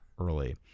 early